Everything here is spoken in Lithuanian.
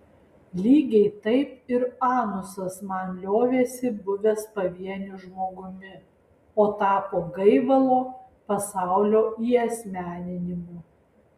lygiai taip ir anusas man liovėsi buvęs pavieniu žmogumi o tapo gaivalo pasaulio įasmeninimu